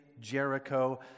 Jericho